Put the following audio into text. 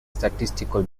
statistical